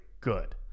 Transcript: good